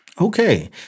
Okay